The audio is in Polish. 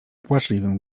płaczliwym